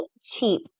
cheap